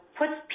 puts